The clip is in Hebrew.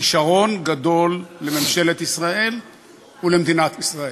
כישרון גדול של ממשלת ישראל ומדינת ישראל.